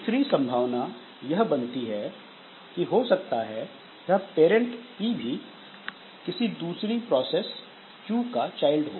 दूसरी संभावना यह बनती है कि हो सकता है यह पेरेंट P भी किसी दूसरी प्रोसेस Q का चाइल्ड हो